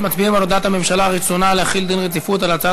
הודעת הממשלה על רצונה להחיל דין רציפות על הצעת